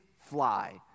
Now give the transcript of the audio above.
fly